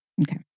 Okay